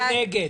מי נגד,